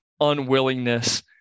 unwillingness